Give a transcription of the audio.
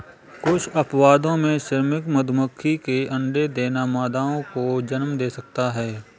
कुछ अपवादों में, श्रमिक मधुमक्खी के अंडे देना मादाओं को जन्म दे सकता है